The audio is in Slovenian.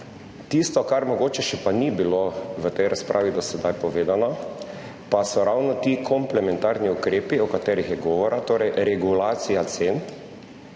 Tisto, kar mogoče do sedaj v tej razpravi še ni bilo povedano, pa so ravno ti komplementarni ukrepi, o katerih je govora, torej regulacija cen.